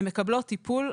הן מקבלות טיפול,